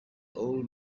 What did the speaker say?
old